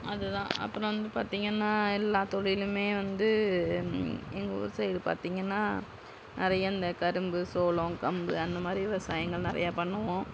அது தான் அப்புறோம் வந்து பார்த்தீங்கனா எல்லா தொழிலுமே வந்து எங்கள் ஊர் சைட் பார்த்தீங்கனா நிறைய இந்த கரும்பு சோளம் கம்பு அந்த மாதிரி விவசாயிங்கள் எல்லாம் நிறையா பண்ணுவோம்